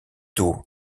tôt